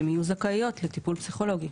יהיו זכאיות לטיפול פסיכולוגי.